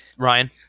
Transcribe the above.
Ryan